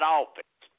office